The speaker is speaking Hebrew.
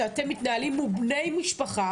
כשאתם מתנהלים מול בני משפחה,